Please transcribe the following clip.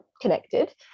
connected